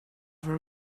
her